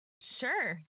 Sure